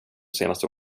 senaste